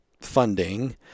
funding